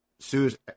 sue's